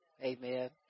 amen